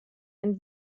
and